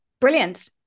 Brilliant